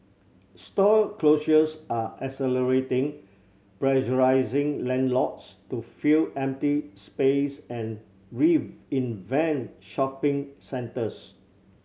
store closures are accelerating pressuring landlords to fill empty space and reinvent shopping centres